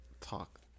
talk